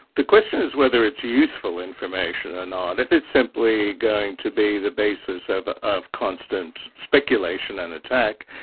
the question is whether it's useful information or not. if it's simply going to be the basis of of constant speculation and attack,